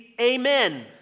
amen